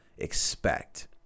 expect